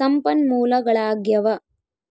ಸಂಪನ್ಮೂಲಗಳಾಗ್ಯವ